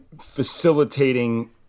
facilitating